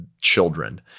children